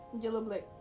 Yellow-black